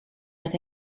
met